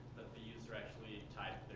the user actually typed